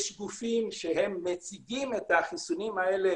יש גופים שמציגים את החיסונים האלה